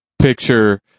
picture